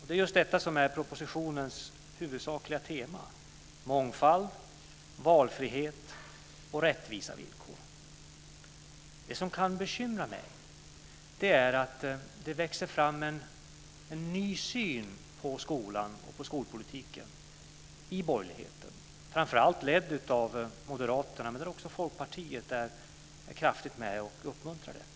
Det är just detta som är propositionens huvudsakliga tema: mångfald, valfrihet och rättvisa villkor. Det som kan bekymra mig är att det växer fram en ny syn på skolan och på skolpolitiken i borgerligheten, framför allt ledd av Moderaterna, men också Folkpartiet är kraftigt med och uppmuntrar detta.